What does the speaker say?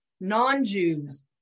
non-Jews